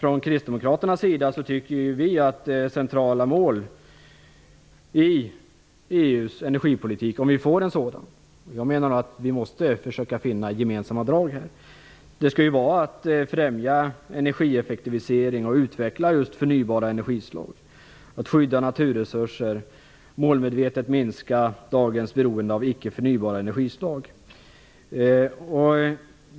Vi kristdemokrater menar att centrala mål i EU:s energipolitik, om vi får en sådan - och jag menar att vi måste försöka finna gemensamma drag i denna fråga - skall vara att främja energieffektivisering och utveckla förnybara energislag, att skydda naturresurser och att målmedvetet minska dagens beroende av icke förnybara energislag.